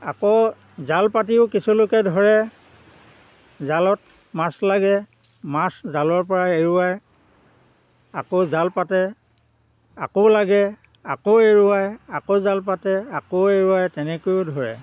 আকৌ জাল পাতিও কিছু লোকে ধৰে জালত মাছ লাগে মাছ জালৰ পৰা এৰুৱাই আকৌ জাল পাতে আকৌ লাগে আকৌ এৰুৱায় আকৌ জাল পাতে আকৌ এৰুৱাই তেনেকৈয়ো ধৰে